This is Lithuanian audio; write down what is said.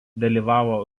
dalyvavo